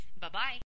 Bye-bye